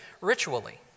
ritually